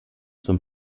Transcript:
zum